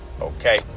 okay